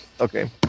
okay